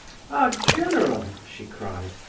ah, general! she cried,